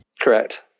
Correct